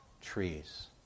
trees